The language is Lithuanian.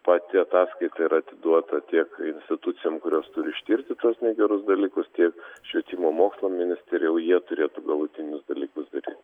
pati ataskaita yra atiduota tiek institucijom kurios turi ištirti tuos negerus dalykus tiek švietimo mokslo ministerija jau jie turėtų galutinius dalykus daryt